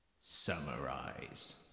Summarize